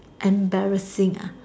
embarrassing ah